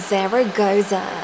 Zaragoza